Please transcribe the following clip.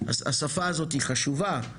השפה הזו היא חשובה,